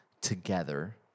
together